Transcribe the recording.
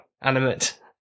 animate